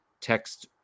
text